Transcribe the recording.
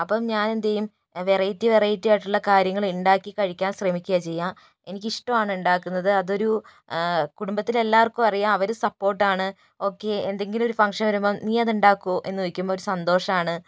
അപ്പോൾ ഞാനെന്തു ചെയ്യും വെറൈറ്റി വെറൈറ്റിയായിട്ടുള്ള കാര്യങ്ങൾ ഉണ്ടാക്കിക്കഴിക്കാൻ ശ്രമിക്കുകയാണ് ചെയ്യുക എനിക്കിഷ്ടമാണ് ഉണ്ടാക്കുന്നത് അതൊരു കുടുംബത്തിലെല്ലാവർക്കും അറിയാം അവർ സപ്പോർട്ടാണ് ഓക്കേ എന്തെങ്കിലും ഒരു ഫംഗ്ഷൻ വരുമ്പോൾ നീ അതുണ്ടാക്കുമോ എന്നു ചോദിക്കുമ്പോൾ ഒരു സന്തോഷമാണ്